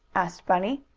asked bunny.